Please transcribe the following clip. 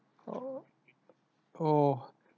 oh oh